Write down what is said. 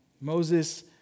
Moses